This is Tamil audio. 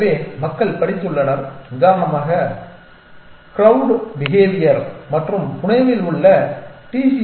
எனவே மக்கள் படித்துள்ளனர் உதாரணமாக க்ரொவ்டு பிஹேவியர் மற்றும் புனேவில் உள்ள டி